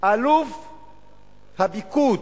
אלוף הפיקוד,